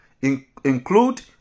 include